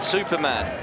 Superman